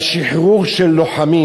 על שחרור של לוחמים,